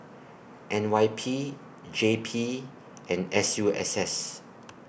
N Y P J P and S U S S